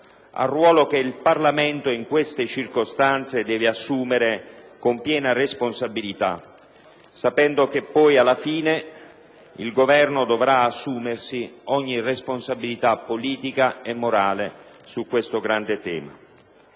perché il Parlamento, in queste circostanze, deve assumere il ruolo che gli compete, sapendo che, alla fine, il Governo dovrà assumersi ogni responsabilità politica e morale su questo grande tema.